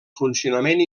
funcionament